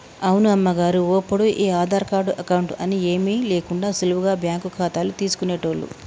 అవును అమ్మగారు ఒప్పుడు ఈ ఆధార్ కార్డు అకౌంట్ అని ఏమీ లేకుండా సులువుగా బ్యాంకు ఖాతాలు తీసుకునేటోళ్లు